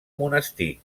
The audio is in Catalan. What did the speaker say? monestir